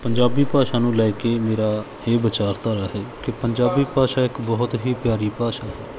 ਪੰਜਾਬੀ ਭਾਸ਼ਾ ਨੂੰ ਲੈ ਕੇ ਮੇਰਾ ਇਹ ਵਿਚਾਰਧਾਰਾ ਹੈ ਕਿ ਪੰਜਾਬੀ ਭਾਸ਼ਾ ਇੱਕ ਬਹੁਤ ਹੀ ਪਿਆਰੀ ਭਾਸ਼ਾ ਹੈ